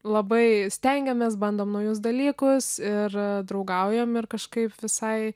labai stengiamės bandom naujus dalykus ir draugaujam ir kažkaip visai